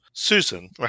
Susan